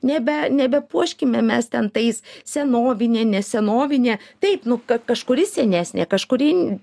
nebe nebepuoškime mes ten tais senovinė ne senovinė taip nu ka kažkuri senesnė kažkuri